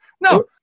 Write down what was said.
No